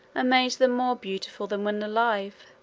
and made them more beautiful than when alive.